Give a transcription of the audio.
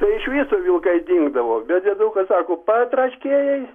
tai iš viso vilkai dingdavo betdėdukas sako patraškėjai